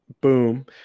Boom